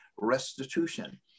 restitution